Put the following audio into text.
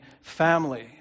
family